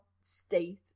state